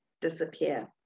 disappear